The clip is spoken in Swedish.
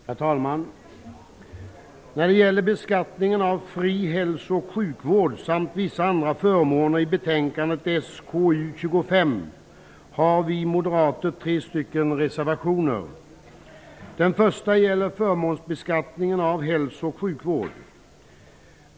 Herr talman! När det gäller beskattningen av fri hälso och sjukvård samt vissa andra förmåner som behandlas i betänkande SkU:25 har vi moderater avgivit tre reservationer. Den första gäller förmånsbeskattningen av hälso och sjukvård.